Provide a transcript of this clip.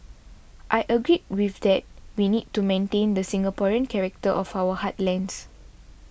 I agreed with that we need to maintain the Singaporean character of our heartlands